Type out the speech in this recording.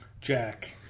jack